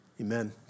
amen